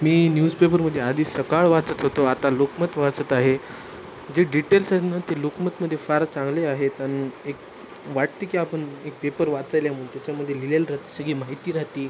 मी न्यूजपेपरमध्ये आधी सकाळ वाचत होतो आता लोकमत वाचत आहे जे डिटेल्स आहेत ना ते लोकमतमध्ये फारच चांगले आहेत आणि एक वाटते की आपण एक पेपर वाचला आहे म्हणून त्याच्यामध्ये लिहिलेलं राहते आहे सगळी माहिती राहत आहे